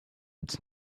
its